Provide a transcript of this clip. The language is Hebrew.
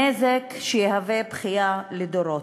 נזק שיהווה בכייה לדורות.